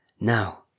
Now